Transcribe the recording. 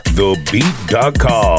TheBeat.com